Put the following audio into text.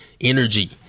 energy